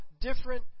different